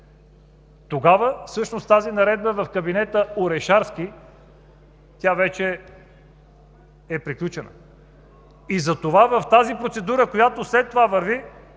Тогава всъщност с тази наредба в кабинета Орешарски вече е приключено. И затова в тази процедура, която след това върви,